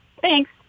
thanks